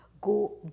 go